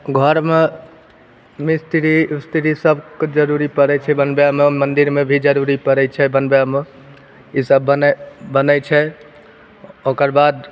घरमे मिस्त्री उस्त्री सबके जरूरी पड़ै छै बनबएमे मन्दिरमे भी जरूरी पड़ै छै बनबएमे इसब बनै बनै छै ओकर बाद